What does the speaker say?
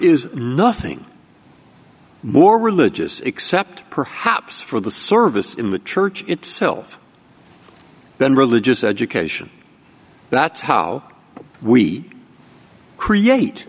is nothing more religious except perhaps for the service in the church itself then religious education that's how we create